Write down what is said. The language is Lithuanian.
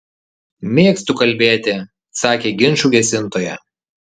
mėgstu kalbėti sakė ginčų gesintoja